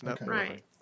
Right